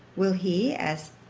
will he, as